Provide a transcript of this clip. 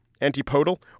antipodal